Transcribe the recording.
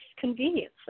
convenience